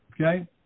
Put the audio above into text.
Okay